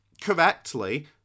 correctly